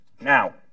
now